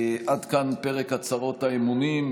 עד כאן פרק ההצהרות האמונים.